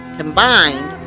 combined